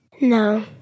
No